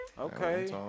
Okay